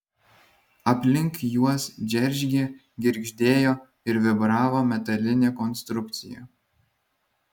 aplink juos džeržgė girgždėjo ir vibravo metalinė konstrukcija